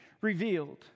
revealed